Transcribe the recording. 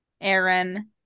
Aaron